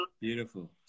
Beautiful